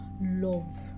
love